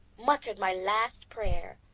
muttered my last prayer.